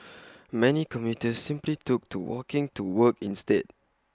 many commuters simply took to walking to work instead